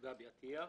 בבקשה.